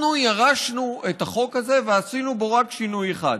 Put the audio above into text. אנחנו ירשנו את החוק הזה, ועשינו בו רק שינוי אחד: